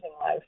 life